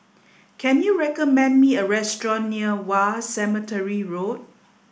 can you recommend me a restaurant near War Cemetery Road